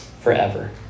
forever